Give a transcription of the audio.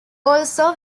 also